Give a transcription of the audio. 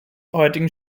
heutigen